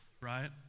right